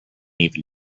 even